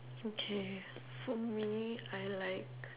okay for me I like